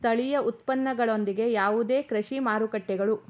ಸ್ಥಳೀಯ ಉತ್ಪನ್ನಗಳೊಂದಿಗೆ ಯಾವುದೇ ಕೃಷಿ ಮಾರುಕಟ್ಟೆಗಳು